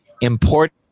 important